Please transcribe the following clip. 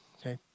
Okay